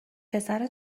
پسر